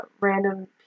random